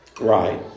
Right